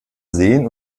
seen